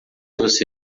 você